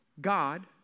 God